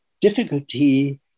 difficulty